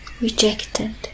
rejected